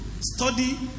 study